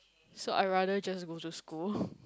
so I rather just go just go